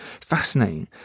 fascinating